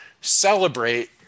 celebrate